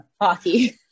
hockey